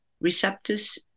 receptors